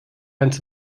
ganz